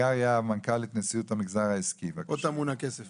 פה טמון הכסף.